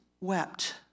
wept